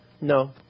No